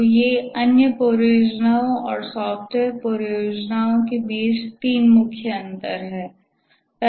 तो ये अन्य परियोजनाओं और सॉफ्टवेयर परियोजनाओं के बीच तीन मुख्य अंतर हैं